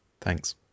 Thanks